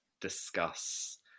discuss